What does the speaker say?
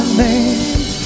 name